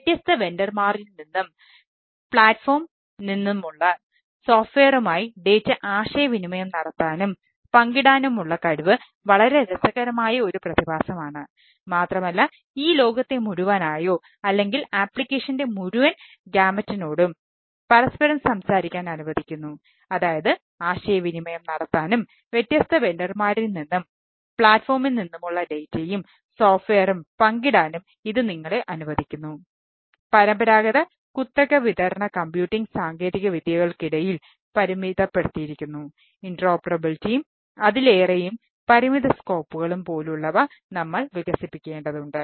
വ്യത്യസ്ത വെണ്ടർമാരിൽ നിന്നും പ്ലാറ്റ്ഫോമിൽ പോലുള്ളവ നമ്മൾ വികസിപ്പിക്കേണ്ടതുണ്ട്